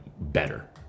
better